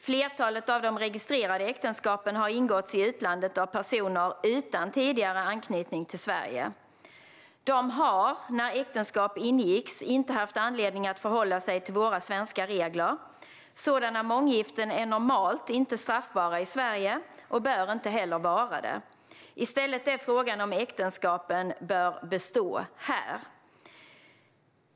Flertalet av de registrerade äktenskapen har ingåtts i utlandet av personer utan tidigare anknytning till Sverige. De har, när äktenskap ingicks, inte haft anledning att förhålla sig till våra svenska regler. Sådana månggiften är normalt inte straffbara i Sverige och bör inte heller vara det. I stället är frågan om äktenskapen bör bestå här.